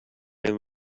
him